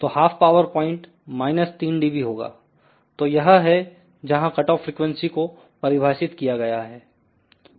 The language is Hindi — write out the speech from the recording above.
तो half power point minus 3dB होगा तो यह है जहां कटऑफ फ्रिकवेंसी को परिभाषित किया गया हैं